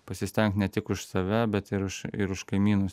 pasistenk ne tik už save bet ir už ir už kaimynus